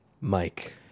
Mike